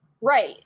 Right